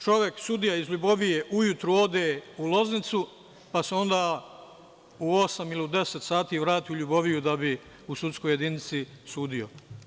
Sudija iz Ljubovije ujutru ode u Loznicu, pa se onda u osam ili deset sati vrati u Ljuboviju da bi u sudskoj jedinici sudio.